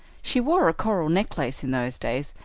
she wore a coral necklace in those days,